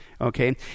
Okay